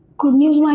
good news, like